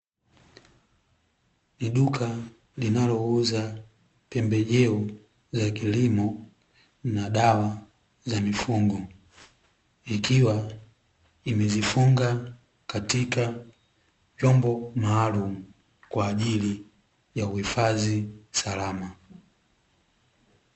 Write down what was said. Ni duka linalouza pembejeo za kilimo na dawa za mifugo ikiwa imezifunga katika vyombo maalumu, kwa ajili ya uhifadhi salama.